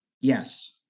Yes